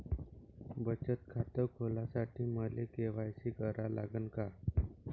बचत खात खोलासाठी मले के.वाय.सी करा लागन का?